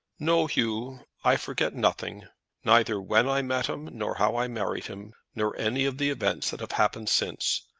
no, hugh i forget nothing neither when i met him, nor how i married him, nor any of the events that have happened since.